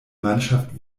mannschaft